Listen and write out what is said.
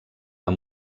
amb